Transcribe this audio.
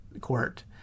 court